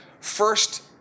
first